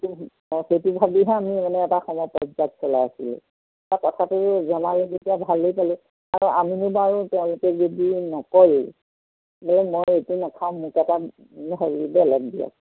অ সেইটো ভাবিহে আমি মানে এটা সমপৰ্যায়ত চলাই আছিলোঁ বাৰু কথাটো জনালে যেতিয়া ভালেই পালোঁ আৰু আমিনো বাৰু তেওঁলোকে যদি নকয়েই বোলে মই এইটো নাখাওঁ মোক এটা হেৰি বেলেগ দিয়ক